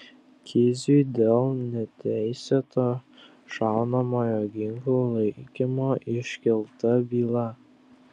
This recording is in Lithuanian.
kiziui dėl neteisėto šaunamojo ginklo laikymo iškelta byla